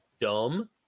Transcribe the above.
dumb